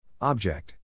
Object